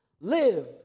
live